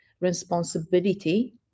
responsibility